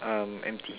um empty